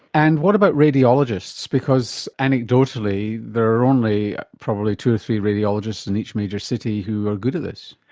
and what about radiologists? because anecdotally there are only probably two or three radiologists in each major city who are good at this.